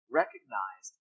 recognized